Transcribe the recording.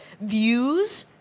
views